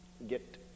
get